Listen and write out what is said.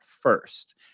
first